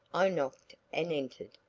i knocked and entered.